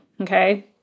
Okay